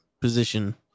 position